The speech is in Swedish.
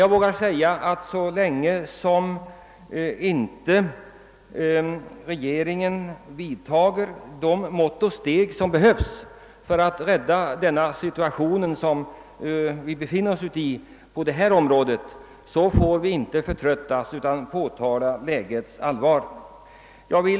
Jag vågar säga att så länge regeringen inte vidtar de mått och steg som behövs för att reda upp den situation, i vilken vi befinner oss på detta område, får vi inte förtröttas utan framhålla lägets allvar.